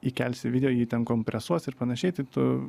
įkelsi video jį ten kompresuos ir panašiai tai tu